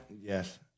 Yes